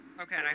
Okay